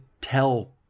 tell